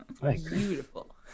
Beautiful